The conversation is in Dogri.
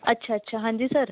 अच्छा अच्छा हांजी सर